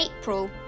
April